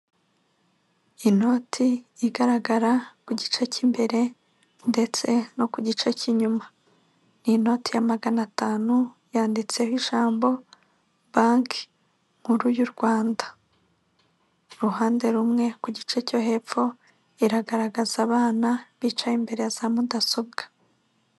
Inoti igaragara ku gice cy'imbere ndetse no ku gice cy'inyuma, ni inoti ya magana atanu yanditseho ijambo banki nkuru y'u Rwanda, ku ruhande rumwe ku gice cyo hepfo iragaragaza abana bicaye imbere ya za mudasobwa.